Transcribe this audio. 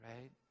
right